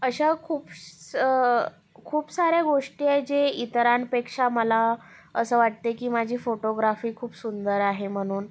अशा खूप सं खूप साऱ्या गोष्टी आहेत जे इतरांपेक्षा मला असं वाटते की माझी फोटोग्राफी खूप सुंदर आहे म्हणून